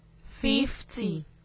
fifty